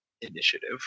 Initiative